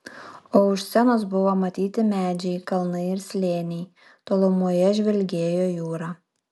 o už scenos buvo matyti medžiai kalnai ir slėniai tolumoje žvilgėjo jūra